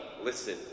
listen